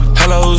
hello